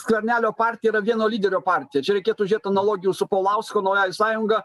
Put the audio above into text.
skvernelio partija yra vieno lyderio partija čia reikėtų žiūrėti analogijų su paulausko naująja sąjunga